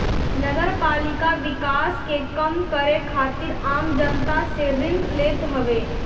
नगरपालिका विकास के काम करे खातिर आम जनता से ऋण लेत हवे